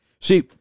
See